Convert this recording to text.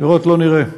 פירות לא נראה.